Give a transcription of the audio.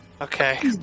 Okay